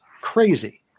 crazy